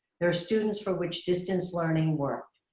there are students for which distance learning worked.